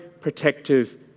protective